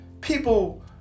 people